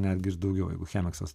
netgi ir daugiau jeigu chemiksas